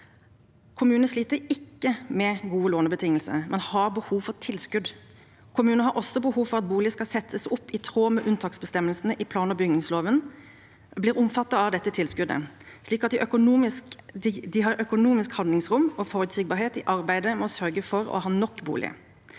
Kommunene sliter ikke med gode lånebetingelser. Man har behov for tilskudd. Kommunene har også behov for at boliger som settes opp i tråd med unntaksbestemmelsene i plan- og bygningsloven, blir omfattet av dette tilskuddet, slik at de har økonomisk handlingsrom og forutsigbarhet i arbeidet med å sørge for å ha nok boliger.